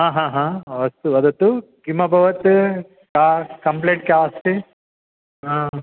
आ हा हा अस्तु वदतु किम् अभवत् का कम्प्लेण्ड् का अस्ति हा